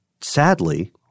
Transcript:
sadly